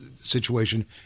situation